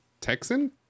Texan